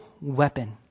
weapon